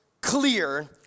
clear